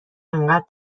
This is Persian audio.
انقدر